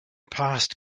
past